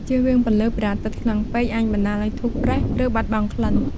ជៀសវៀងពន្លឺព្រះអាទិត្យខ្លាំងពេកអាចបណ្តាលឱ្យធូបប្រេះ ឬបាត់បង់ក្លិន។